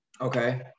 okay